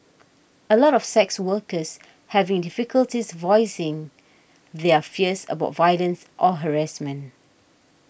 a lot of sex workers having difficulties voicing their fears about violence or harassment